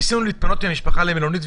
ניסינו להתפנות עם המשפחה למלונית,